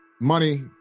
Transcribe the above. money